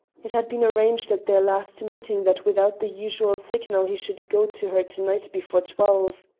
it had been arranged at their last meeting that without the usual signal he should go to her to-night before twelve.